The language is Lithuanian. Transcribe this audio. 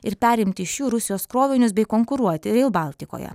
ir perimti iš jų rusijos krovinius bei konkuruoti reil baltikoje